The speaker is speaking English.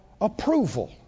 approval